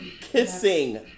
kissing